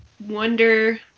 wonder